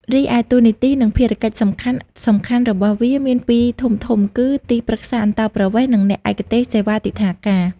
រីឯ តួនាទី និងភារកិច្ចសំខាន់ៗរបស់វាមានពីរធំៗគឺ ទីប្រឹក្សាអន្តោប្រវេសន៍ និងអ្នកឯកទេសសេវាទិដ្ឋាការ។